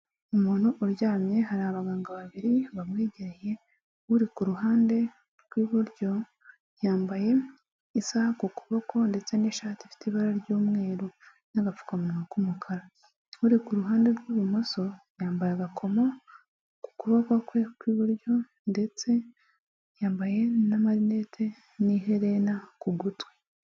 Umuntu uryamye hari abaganga babiri bamwegereye. Uri ku ruhande rw’iburyo yambaye isaha ku kuboko, ndetse n’ishati ifite ibara ry’umweru n’agapfukamunwa k’umukara. Uri ku ruhande rw’ibumoso yambaye agakoma ku kuboko kwe kw’iburyo, ndetse yambaye n’ amarinete n’iherena ku gutwi.